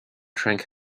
drank